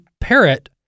parrot